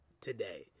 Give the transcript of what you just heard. today